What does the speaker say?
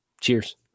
Cheers